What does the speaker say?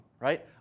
right